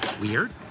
weird